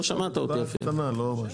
לא שמעת אותי אפילו.